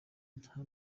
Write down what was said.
nta